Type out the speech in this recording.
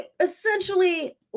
essentially